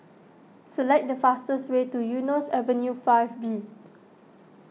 select the fastest way to Eunos Avenue five B